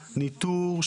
ניטור,